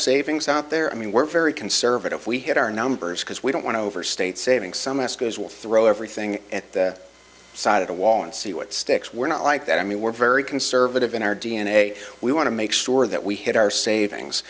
savings out there i mean we're very conservative we hit our numbers because we don't want to overstate saving some escrows will throw everything at the side of the wall and see what sticks we're not like that i mean we're very conservative in our d n a we want to make sure that we hit our savings